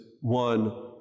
one